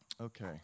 okay